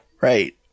Right